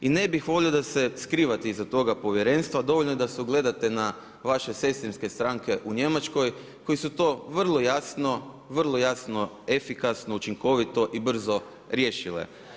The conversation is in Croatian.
I ne bih volio da se skrivate iza toga povjerenstva, dovoljno je da se ugledate na vaše sestrinske stranke u Njemačkoj koje su to vrlo jasno, vrlo jasno, efikasno, učinkovito i brzo riješile.